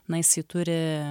na jisai turi